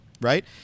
Right